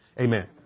Amen